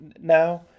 now